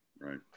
Right